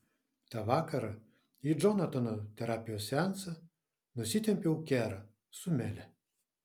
tą vakarą į džonatano terapijos seansą nusitempiau kerą su mele